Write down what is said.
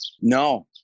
No